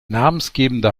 namensgebende